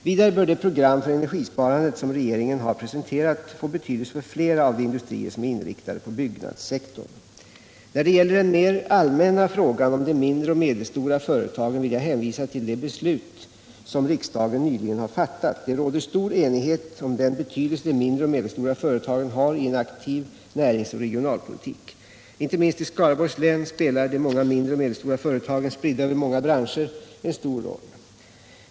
Vidare bör det program för energisparandet som regeringen har presenterat få betydelse för flera av de industrier som är inriktade på byggnadssektorn. När det gäller den mer allmänna frågan om de mindre och medelstora företagen vill jag hänvisa till det beslut som riksdagen nyligen har fattat. Det råder stor enighet om den betydelse de mindre och medelstora företagen har i en aktiv näringsoch regionalpolitik. Inte minst i Skaraborgs län spelar de många mindre och medelstora företagen, spridda över många branscher, en stor roll.